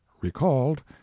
recalled